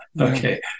Okay